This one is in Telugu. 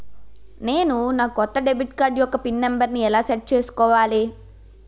నేను నా కొత్త డెబిట్ కార్డ్ యెక్క పిన్ నెంబర్ని ఎలా సెట్ చేసుకోవాలి?